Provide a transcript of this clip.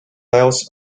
else